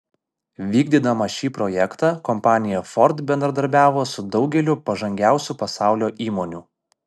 vykdydama šį projektą kompanija ford bendradarbiavo su daugeliu pažangiausių pasaulio įmonių